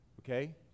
Okay